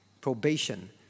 probation